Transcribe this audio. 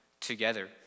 together